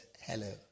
hello